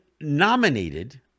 nominated